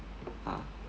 ah